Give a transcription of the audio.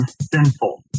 sinful